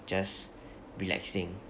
just relaxing